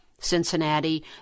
Cincinnati